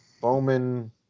Bowman